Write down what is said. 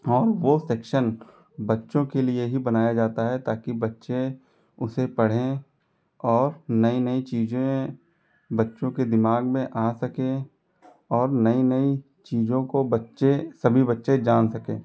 और वह सेक्शन बच्चों के लिए ही बनाया जाता है ताकि बच्चे उसे पढ़ें और नई नई चीज़ें बच्चों के दिमाग में आ सकें और नई नई चीज़ों को बच्चे सभी बच्चे जान सकें